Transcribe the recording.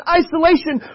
isolation